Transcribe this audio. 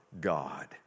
God